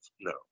No